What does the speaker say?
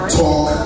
talk